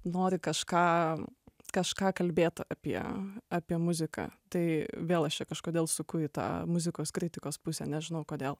nori kažką kažką kalbėt apie apie muziką tai vėl aš čia kažkodėl suku į tą muzikos kritikos pusę nežinau kodėl